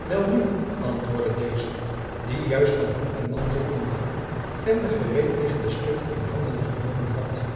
welnu antwoordde deze die juist van hoed en mantel ontdaan en de gereed liggende stukken in handen genomen had